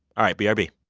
all right. brb you